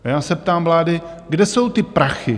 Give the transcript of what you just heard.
A já se ptám vlády, kde jsou ty prachy?